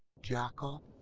jackal.